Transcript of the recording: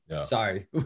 Sorry